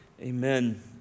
Amen